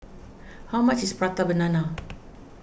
how much is Prata Banana